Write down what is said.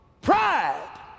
Pride